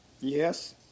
Yes